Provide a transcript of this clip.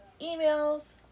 emails